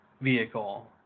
vehicle